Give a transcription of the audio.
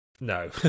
No